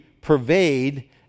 pervade